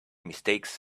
mistakes